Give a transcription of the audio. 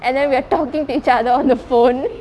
and then we are talking to each other on the phone